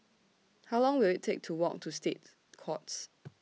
How Long Will IT Take to Walk to State Courts